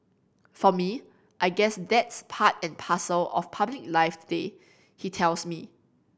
for me I guess that's part and parcel of public life today he tells me